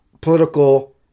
political